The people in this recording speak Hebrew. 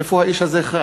איפה האיש הזה חי.